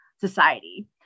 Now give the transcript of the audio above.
society